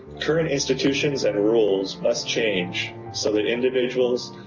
current institutions and rules must change so that individuals,